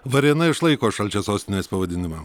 varėna išlaiko šalčio sostinės pavadinimą